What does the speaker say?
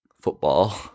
football